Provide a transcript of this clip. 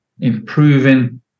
improving